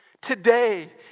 Today